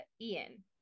Ian